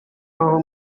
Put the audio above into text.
aho